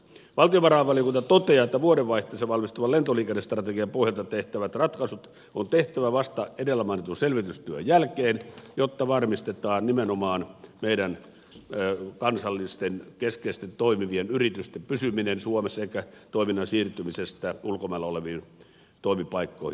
valtiovarainvaliokunta toteaa että vuodenvaihteessa valmistuvan lentoliikennestrategian pohjalta tehtävät ratkaisut on tehtävä vasta edellä mainitun selvitystyön jälkeen jotta varmistetaan nimenomaan meidän kansallisten keskeisesti toimivien yritysten pysyminen suomessa eikä toiminta siirry ulkomailla oleviin toimipaikkoihin